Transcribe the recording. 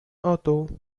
auto